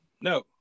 no